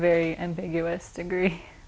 very ambiguous degree